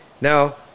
Now